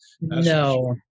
No